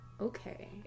Okay